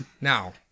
Now